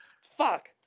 fuck